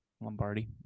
Lombardi